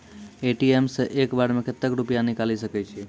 ATM सऽ एक बार म कत्तेक रुपिया निकालि सकै छियै?